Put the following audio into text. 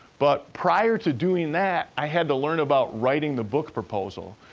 but prior to doing that, i had to learn about writing the book proposal.